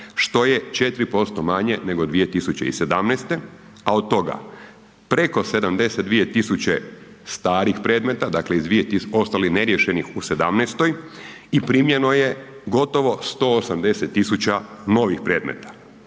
što je 4% manje nego 2017., a od toga preko 72.000 starih predmeta, dakle iz, ostali neriješeni u '17. i primljeno je gotovo 180.000 novih predmeta.